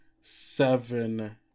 seven